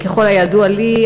ככל הידוע לי,